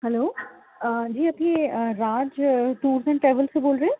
hello جی آپ یہ راج ٹور اینڈ ٹریول سے بول رہے ہیں